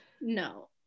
No